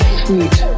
sweet